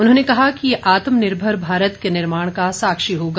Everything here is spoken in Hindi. उन्होंने कहा कि यह आत्मनिर्भर भारत के निर्माण का साक्षी होगा